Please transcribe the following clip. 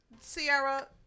Sierra